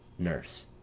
nurse.